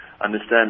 understand